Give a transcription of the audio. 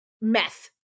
meth